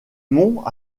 mont